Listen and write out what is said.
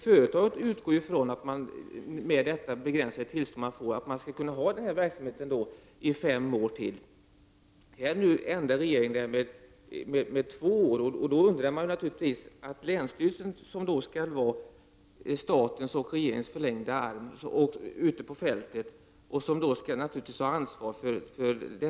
Företaget utgick från att man med detta begränsade tillstånd skulle kunna ha verksamheten i fem år till. Här ändrar regeringen det hela med två år. Länsstyrelsen skall ju vara statens och regeringens förlängda arm ute på fältet och ta ansvar för sådana här tillstånd.